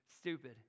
stupid